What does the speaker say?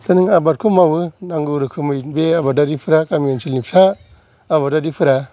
दा नों आबादखौ मावो नांगौ रोखोमै बे आबादारिफ्रा गामि ओनसोलनिफ्रा आबादारिफोरा